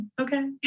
Okay